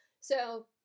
so-